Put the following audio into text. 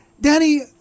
Danny